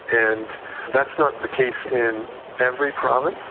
and that's not the case in every province,